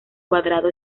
cuadrado